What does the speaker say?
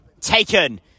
taken